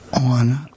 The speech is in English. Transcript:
on